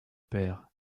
père